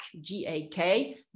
G-A-K